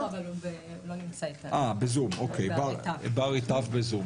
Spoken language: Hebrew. כן, בארי טף בזום.